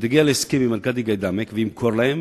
ותגיע להסכם עם ארקדי גאידמק והוא ימכור להם,